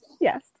Yes